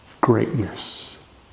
greatness